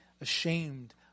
ashamed